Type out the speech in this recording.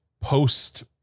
Post